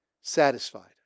satisfied